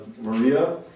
MARIA